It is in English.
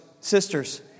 sisters